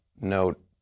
note